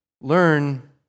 learn